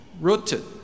rooted